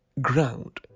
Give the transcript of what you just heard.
ground